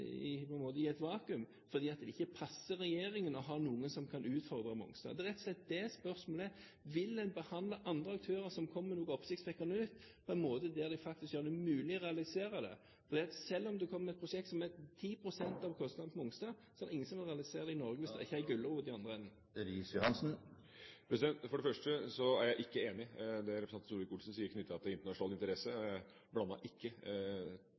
et vakuum, fordi de ikke passer regjeringen å ha noen som kan utfordre Mongstad? Det er rett og slett det som er spørsmålet: Vil en behandle andre aktører som kommer med noe oppsiktsvekkende nytt, på en måte som faktisk gjør det mulig å realisere det? Selv om en kommer med et prosjekt som bare er 10 pst. av kostnadene på Mongstad, er det ingen som vil realisere det i Norge hvis det ikke er en gulrot i den andre enden. For det første er jeg ikke enig i det representanten Solvik-Olsen sier knyttet til internasjonal interesse. Jeg blandet ikke